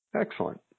Excellent